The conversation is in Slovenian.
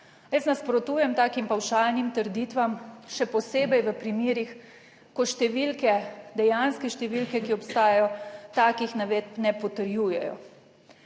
Jaz nasprotujem takim pavšalnim trditvam, še posebej v primerih, ko številke, dejanske številke, ki obstajajo, takih navedb ne potrjujejo.